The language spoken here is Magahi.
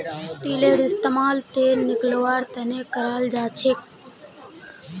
तिलेर इस्तेमाल तेल निकलौव्वार तने कराल जाछेक